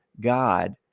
God